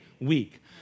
week